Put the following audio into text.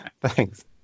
thanks